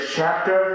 chapter